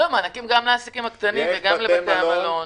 מענקים גם לעסקים הקטנים וגם לבתי המלון.